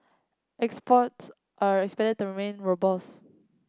exports are expected to remain robust